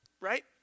Right